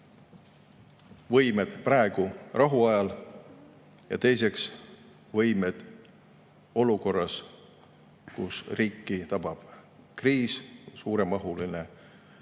võimed praegu, rahuajal, ja teiseks, võimed olukorras, kus riiki tabab kriis, suuremahuline